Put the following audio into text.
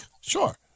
Sure